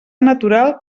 natural